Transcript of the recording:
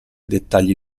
dettagli